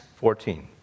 14